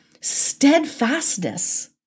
steadfastness